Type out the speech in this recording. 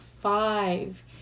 five